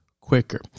quicker